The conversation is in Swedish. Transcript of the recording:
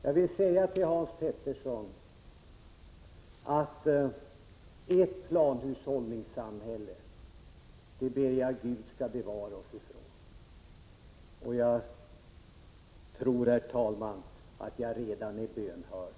Jag vill säga till Hans Petersson i Hallstahammar: Jag ber att Gud skall bevara oss från ert planhushållningssamhälle, och jag tror, herr talman, att jag redan är bönhörd.